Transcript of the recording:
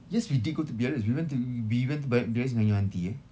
yes we did go to biarritz we went to we went to biarritz dengan your aunty eh